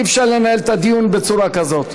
אי-אפשר לנהל את הדיון בצורה כזאת.